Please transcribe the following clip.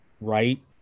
right